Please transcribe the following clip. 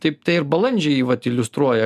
taip tai ir balandžiai vat iliustruoja